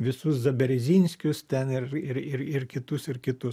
visus zaberezinskius ten ir ir ir kitus ir kitus